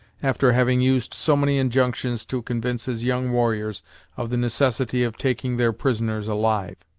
after having used so many injunctions to convince his young warriors of the necessity of taking their prisoners alive.